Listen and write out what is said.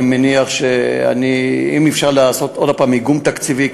אני מניח שאם אפשר לעשות עוד הפעם איגום תקציבי,